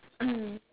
mm